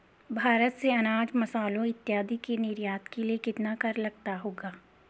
भारत से अनाज, मसालों इत्यादि के निर्यात के लिए कितना कर लगता होगा?